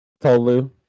Tolu